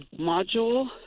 module